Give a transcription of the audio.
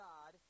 God